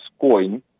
coin